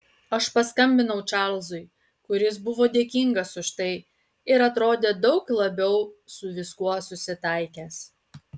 aš paskambinau čarlzui kuris buvo dėkingas už tai ir atrodė daug labiau su viskuo susitaikęs